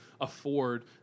afford